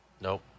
Nope